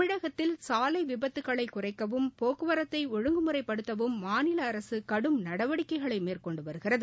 தமிழகத்தில் சாலைவிபத்துக்களை குறைக்கவும் போக்குவரத்தை ஒழுங்குமுறைப்படுத்தவும் மாநில அரசு கடும் நடவடிக்கைகளை மேற்கொண்டு வருகிறது